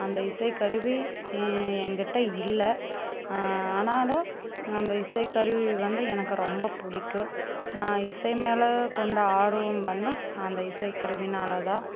அந்த இசை கருவி என்கிட்ட இல்லை ஆனாலும் அந்த இசை கருவி வந்து எனக்கு ரொம்ப பிடிக்கும் நான் இசை மேலே கொண்ட ஆர்வம் வந்து அந்த இசை கருவினால தான்